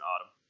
autumn